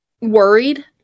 worried